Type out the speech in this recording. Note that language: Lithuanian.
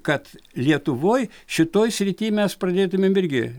kad lietuvoj šitoj srityj mes pradėtumėm irgi